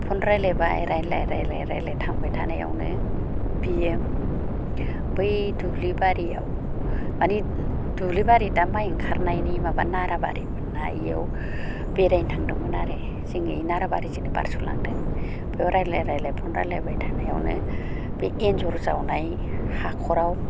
phone रायज्लायबाय रायज्लाय रायज्लाय रायज्लाय थांबाय थानायावनो बियो बै दुब्लि बारियाव मानि दुब्लि बारि दा माइ ओंखारनायनि माबा नाराबारिमोनना इयाव बेरायनो थांदोंमोन आरो जों ओइ नाराबारिजोंनो बारस' लांदों बेव रायज्लाय रायज्लाय फन रायज्लायबाय थानायावनो बे एन्जर जावनाय हाखराव